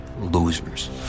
losers